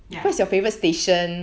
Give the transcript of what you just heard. ya